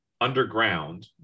underground